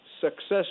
success